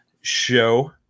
show